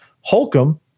Holcomb